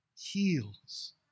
heals